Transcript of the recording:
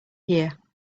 here